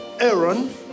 Aaron